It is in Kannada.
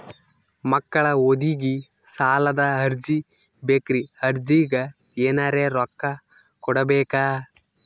ಮಕ್ಕಳ ಓದಿಗಿ ಸಾಲದ ಅರ್ಜಿ ಬೇಕ್ರಿ ಅರ್ಜಿಗ ಎನರೆ ರೊಕ್ಕ ಕೊಡಬೇಕಾ?